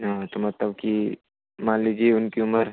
हाँ तो मतलब कि मान लीजिए उनकी उम्र